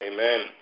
Amen